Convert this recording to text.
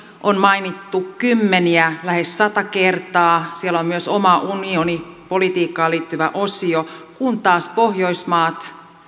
on mainittu kymmeniä kertoja lähes sata kertaa siellä on myös oma unionipolitiikkaan liittyvä osio kun taas pohjoismaat